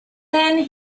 then